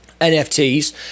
NFTs